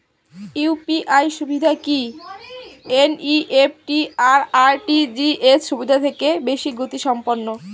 UPI সুবিধা কি NEFT আর আর.টি.জি.এস সুবিধা থেকে বেশি গতিসম্পন্ন?